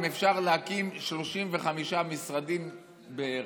אם אפשר להקים 35 משרדים בערב?